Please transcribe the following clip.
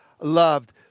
loved